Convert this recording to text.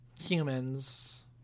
humans